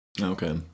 Okay